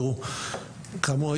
כאמור,